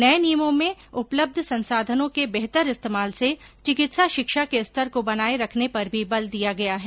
नए नियमों में उपलब्ध संसाधनों के बेहतर इस्तेमाल से चिकित्सा शिक्षा के स्तर को बनाए रखने पर भी बल दिया गया है